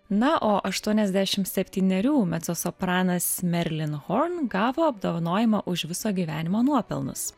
na o aštuoniasdešimt septynerių mecosopranas merlin horn gavo apdovanojimą už viso gyvenimo nuopelnus